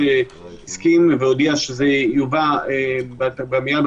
אתה מנסה להגביל במידה